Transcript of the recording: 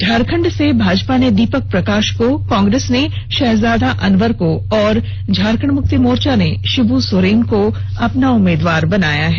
झारखंड से भाजपा ने दीपक प्रकाष को कांग्रेस ने शहजादा अनवर को और झारखंड मुक्ति मोर्चा ने षिब् सोरेन को अपना उम्मीदवार बनाया है